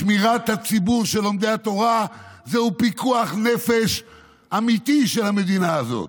שמירת הציבור של לומדי התורה היא פיקוח נפש אמיתי של המדינה הזאת.